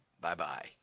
Bye-bye